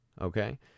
Okay